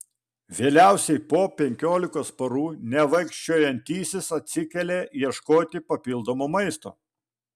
vėliausiai po penkiolikos parų nevaikščiojantysis atsikelia ieškoti papildomo maisto